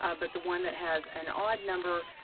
ah but the one that has an odd number,